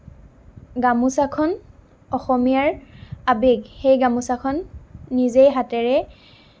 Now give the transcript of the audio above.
গামোচাখন অসমীয়াৰ আৱেগ সেই গামোচাখন নিজেই হাতেৰে